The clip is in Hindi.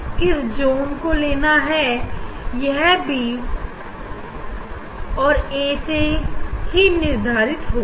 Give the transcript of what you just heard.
किस जून को लेना है यह बी और ऐ से बि निर्धारित होगा